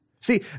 See